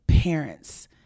parents